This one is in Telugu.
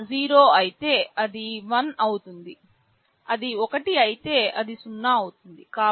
లీడ్ 0 అయితే అది 1 అవుతుంది అది 1 అయితే అది 0 అవుతుంది